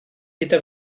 gyda